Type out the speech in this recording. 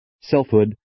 selfhood